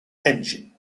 engine